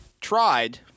tried